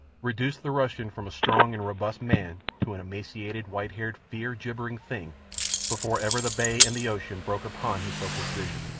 reduced the russian from a strong and robust man to an emaciated, white-haired, fear-gibbering thing before ever the bay and the ocean broke upon his hopeless vision.